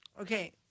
Okay